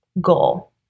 goal